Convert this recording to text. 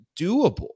doable